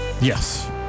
yes